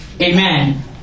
Amen